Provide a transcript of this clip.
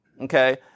Okay